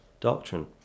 doctrine